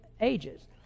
ages